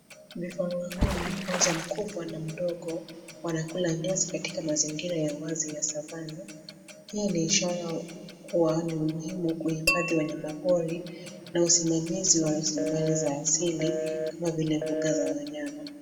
Vifaru wawili, mmoja mkubwa na mwengine mdogo wanakula nyasi katika mazingira ya wazi ya savanna. Hii ni ishara kuwa ni muhimu kuhifadhi wanyama pori na rasilmali za asili kama vile mbuga za wanyama.